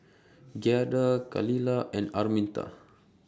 Giada Khalilah and Arminta